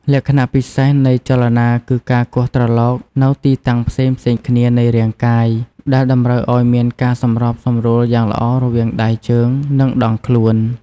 លក្ខណៈពិសេសនៃចលនាគឺការគោះត្រឡោកនៅទីតាំងផ្សេងៗគ្នានៃរាងកាយ ដែលតម្រូវឱ្យមានការសម្របសម្រួលយ៉ាងល្អរវាងដៃ ជើង និងដងខ្លួន។